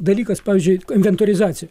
dalykas pavyzdžiui inventorizacija